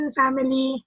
family